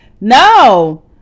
no